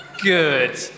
Good